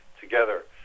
together